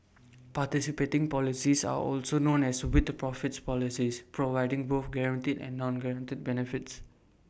participating policies are also known as with profits policies providing both guaranteed and non guaranteed benefits